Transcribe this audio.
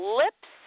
lips